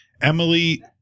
Emily